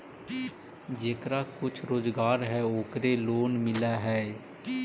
जेकरा कुछ रोजगार है ओकरे लोन मिल है?